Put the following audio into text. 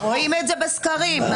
רואים את זה בסקרים.